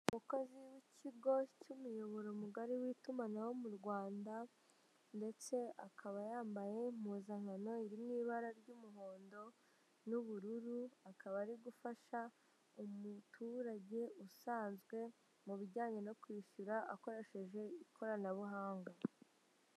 Umukozi w'ikigo cy'umuyoboro mugari w'itumanaho mu rwanda ndetse akaba yambaye impuzankano iri mu ibara ry'umuhondo n'ubururu; akaba ari gufasha umuturage usanzwe mu bijyanye no kwishyura akoresheje ikoranabuhanga.